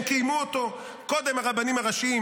והם קיימו אותו קודם, הרבנים הראשיים.